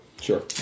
sure